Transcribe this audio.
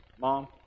mom